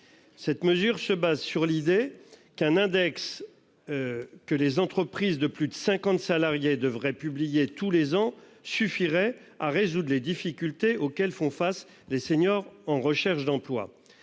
Cette mesure se base sur l'idée qu'un index. Que les entreprises de plus de 50 salariés devrait publier tous les ans suffirait à résoudre les difficultés auxquelles font face les seniors en recherche d'emploi.